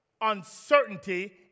uncertainty